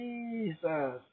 Jesus